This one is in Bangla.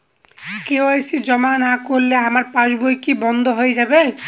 কে.ওয়াই.সি জমা না করলে আমার পাসবই কি বন্ধ হয়ে যাবে?